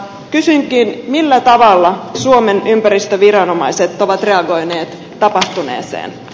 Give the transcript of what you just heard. kysynkin millä tavalla suomen ympäristöviranomaiset ovat reagoineet tapahtuneeseen